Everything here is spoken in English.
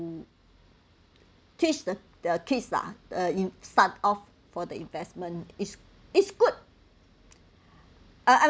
teach them the the kids lah the you start off for the investment is is good I I